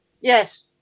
Yes